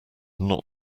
not